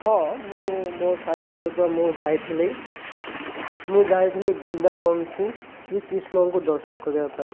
ହଁ ମୁଁ ମୋ ସାଙ୍ଗ ସହିତ ମୁଁ ଯାଇଥିଲି ମୁଁ ଯାଇଥିଲି ବୃନ୍ଦାବନଙ୍କୁ ଶ୍ରୀକ୍ରିଷ୍ଣଙ୍କୁ ଦର୍ଶନ କରିବା ପାଇଁ